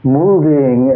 moving